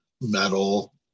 metal